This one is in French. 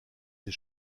des